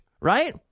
right